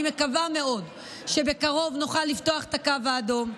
אני מקווה מאוד שבקרוב נוכל לפתוח את הקו האדום.